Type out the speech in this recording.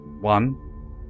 One